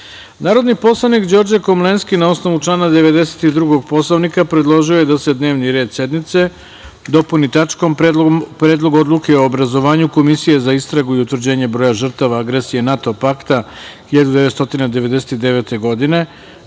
predlog. Narodni poslanik Đorđe Komlenski, na osnovu člana 92. Poslovnika, predložio je da se dnevni red sednice dopuni tačkom – Predlog odluke o obrazovanju komisije za istragu i utvrđenje broja žrtava agresije NATO pakta 1999. godine,